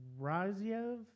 Raziev